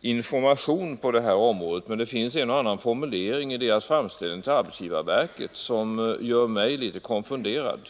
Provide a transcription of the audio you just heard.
informerat på det här området, men det finns en och annan formulering i fortifikationsförvaltningens framställning till arbetsgivarverket som gör mig litet konfunderad.